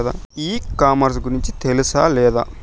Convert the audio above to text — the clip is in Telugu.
ఈ కామర్స్ గురించి తెలుసా లేదా?